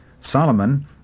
Solomon